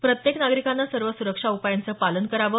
प्रत्येक नागरिकाने सर्व सुरक्षा उपायांचं पालन करावं